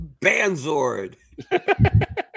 Banzord